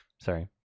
Sorry